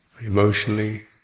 emotionally